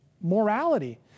morality